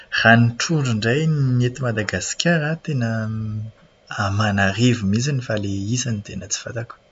Ny trondro indray ny teo Madagasikara an, tena aman'arivony mihitsiny fa ilay isany tena tsy fantako.